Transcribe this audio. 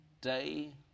day